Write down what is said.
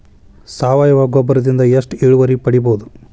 ಸಾವಯವ ಗೊಬ್ಬರದಿಂದ ಎಷ್ಟ ಇಳುವರಿ ಪಡಿಬಹುದ?